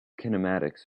kinematics